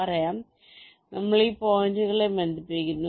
പറയാം നമ്മൾ ഈ പോയിന്റുകളെ ബന്ധിപ്പിക്കുന്നു